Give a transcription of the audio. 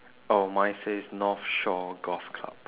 oh mine says north shore golf club